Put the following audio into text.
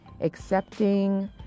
Accepting